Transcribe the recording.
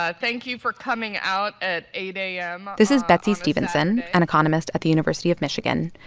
ah thank you for coming out at eight a m this is betsey stevenson, an economist at the university of michigan.